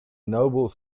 noble